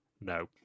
No